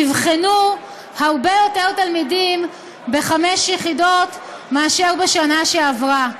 נבחנו הרבה יותר תלמידים בחמש יחידות מאשר בשנה שעברה.